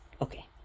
Okay